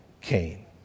Cain